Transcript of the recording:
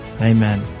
Amen